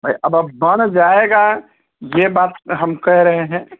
अब आप बढ़ जाएगा यह बात हम कह रहे हैं